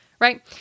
Right